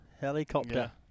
Helicopter